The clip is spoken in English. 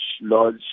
lodge